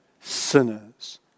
sinners